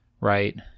right